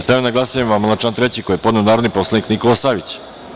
Stavljam na glasanje amandman na član 3. koji je podneo narodni poslanik Nikola Savić.